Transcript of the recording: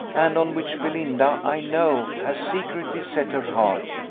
and on which belinda, i know, has secretly set her heart,